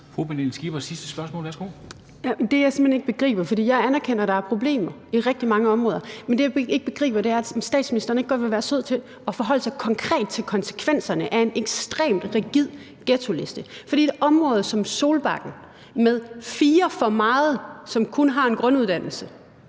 Pernille Skipper (EL): Der er simpelt hen noget, jeg ikke begriber. Jeg anerkender, at der er problemer i rigtig mange områder, men vil statsministeren ikke godt være sød at forholde sig konkret til konsekvenserne af en ekstremt rigid ghettoliste? For et område som Solbakken med fire for meget, der kun har en grunduddannelse,